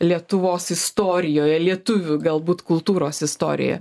lietuvos istorijoje lietuvių galbūt kultūros istorijoje